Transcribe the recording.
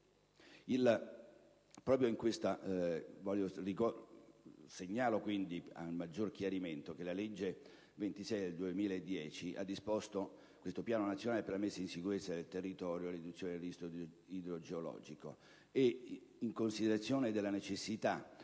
Segnalo a maggior chiarimento che la legge n. 26 del 2010 ha disposto questo piano nazionale per la messa in sicurezza del territorio e la riduzione del rischio idrogeologico. In considerazione della necessità